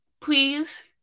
please